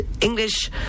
English